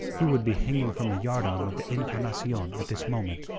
you would be hanging from the yardarm of the encarnacion at this moment.